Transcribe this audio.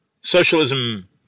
Socialism